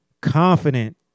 confident